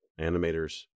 animators